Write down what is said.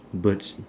birds